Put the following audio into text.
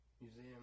museum